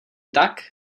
tak